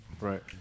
Right